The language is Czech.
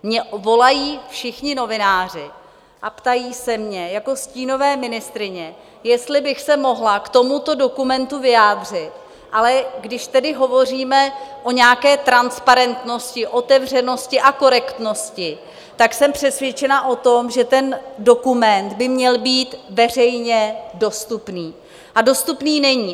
Mně volají všichni novináři a ptají se mě jako stínové ministryně, jestli bych se mohla k tomuto dokumentu vyjádřit, ale když tedy hovoříme o nějaké transparentnosti, otevřenosti a korektnosti, tak jsem přesvědčena o tom, že ten dokument by měl být veřejně dostupný, a dostupný není.